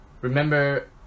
Remember